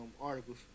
articles